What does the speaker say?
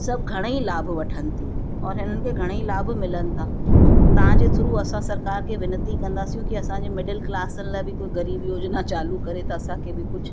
सभु घणेई लाभ वठनि थियूं और हिननि खे घणेई लाभ मिलनि था तव्हांजे थ्रू असां सरकारि खे विनती कंदासीं कि असांजे मिडिल क्लासनि लाइ बि कुझु ग़रीब योजिना चालू करे त असांखे बि कुझु